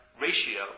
ratio